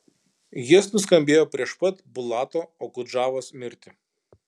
jis nuskambėjo prieš pat bulato okudžavos mirtį